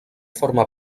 forma